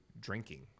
drinking